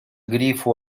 grifo